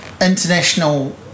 international